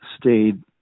stayed